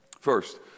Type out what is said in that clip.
First